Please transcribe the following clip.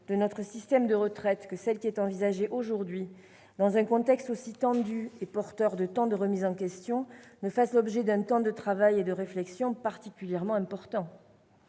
de notre système de retraites que celle qui est envisagée aujourd'hui, dans un contexte aussi tendu et porteur de tant de remises en question, ne fasse pas l'objet d'un temps de travail et de réflexion particulièrement important.